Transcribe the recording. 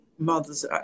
Mothers